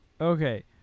Okay